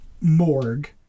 morgue